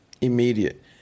Immediate